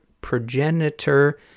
progenitor